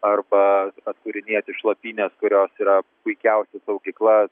arba atkūrinėti šlapynes kurios yra puikiausia saugykla